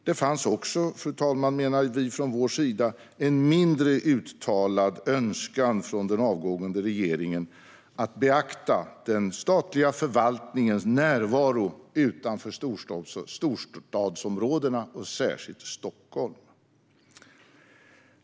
Vi socialdemokrater menar också, fru talman, att det fanns en mindre uttalad önskan från den avgående regeringen om att beakta den statliga förvaltningens närvaro utanför storstadsområdena och särskilt Stockholm.